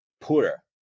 poorer